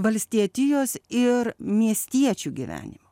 valstietijos ir miestiečių gyvenimo